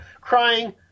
crying